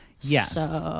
Yes